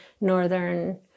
Northern